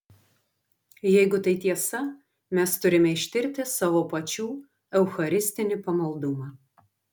jeigu tai tiesa mes turime ištirti savo pačių eucharistinį pamaldumą